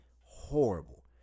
horrible